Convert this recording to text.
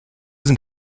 sind